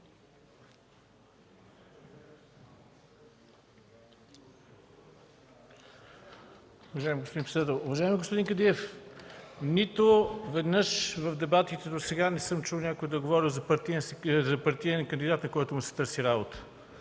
Уважаеми господин Кадиев, нито веднъж в дебатите досега не съм чул някой да е говорил за партиен кандидат, на когото се търси работа.